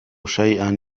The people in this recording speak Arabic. شيئًا